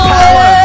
power